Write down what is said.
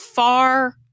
Far